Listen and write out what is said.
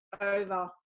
over